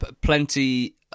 plenty